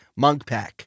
Monkpack